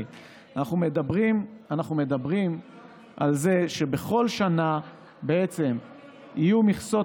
אנחנו מדברים על זה שבכל שנה בעצם יהיו מכסות